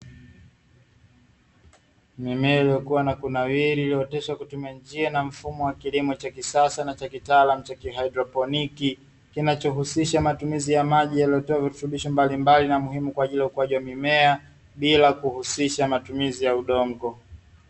Mimea iliyokuwa na kunawiri iliyooteshwa kwa kutumia njia na mfumo wa kilimo cha kisasa na cha kitaalamu cha kihaidroponiki, kinachohusisha matumizi ya maji yaliyotiwa virutubisho mbalimbali na muhimu kwa ajili ya ukuaji wa mimea, bila kuhusisha matumizi ya udongo.